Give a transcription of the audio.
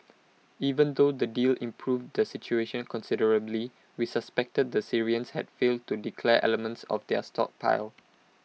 even though the deal improved the situation considerably we suspected the Syrians had failed to declare elements of their stockpile